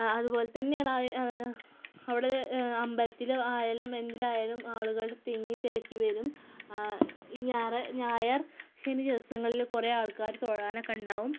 അതുപോലെ തന്നെയാണ് അവിടെ അമ്പലത്തിൽ ആയാലും എന്തിൽ ആയാലും ആളുകള് തിങ്ങി തിരക്കി വരും ഞായര് ശനി ദിവസങ്ങളിൽ കുറേ ആള്ക്കാർ തോഴാനൊക്കെ ഉണ്ടാവും